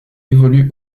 évolue